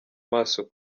maso